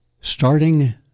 starting